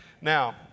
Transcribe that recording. Now